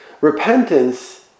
Repentance